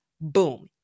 Boom